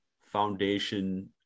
foundation